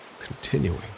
continuing